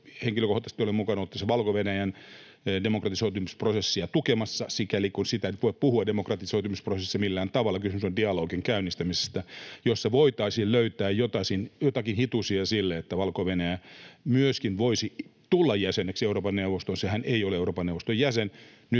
henkilökohtaisesti olen ollut mukana Valko-Venäjän demokratisoitumisprosessia tukemassa, sikäli kun siitä nyt voi puhua demokratisoitumisprosessina millään tavalla. Kysymys on dialogin käynnistämisestä, jossa voitaisiin löytää joitakin hitusia sille, että Valko-Venäjä myöskin voisi tulla jäseneksi Euroopan neuvostoon. Sehän ei ole Euroopan neuvoston jäsen.